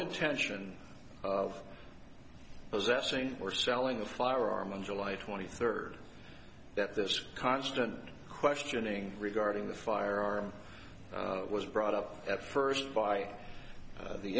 intention of possessing or selling the firearm on july twenty third that this constant questioning regarding the firearm was brought up at first by the